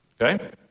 Okay